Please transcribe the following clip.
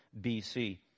bc